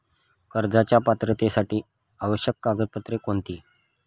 कर्जाच्या पात्रतेसाठी आवश्यक कागदपत्रे कोणती?